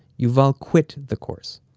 yuval quit the course